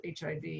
HIV